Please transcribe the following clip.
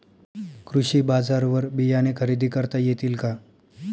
कृषी बाजारवर बियाणे खरेदी करता येतील का?